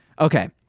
Okay